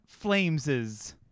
Flameses